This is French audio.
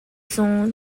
sont